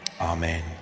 Amen